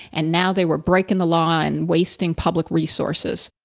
and now they were breaking the law and wasting public resources.